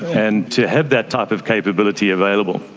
and to have that type of capability available,